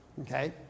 Okay